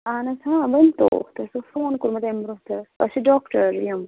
اَہَن حظ ہاں ؤنۍ تو تۄہہِ اوسو فون کوٚرمُت اَمہِ برونٛہہ تہِ حظ اَسہِ چھِ ڈاکٹر یِم